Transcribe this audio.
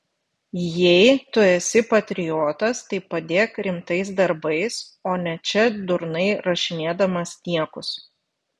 jei tu esi patriotas tai padėk rimtais darbais o ne čia durnai rašinėdamas niekus